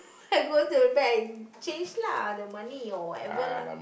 I go to back and change lah the money or whatever lah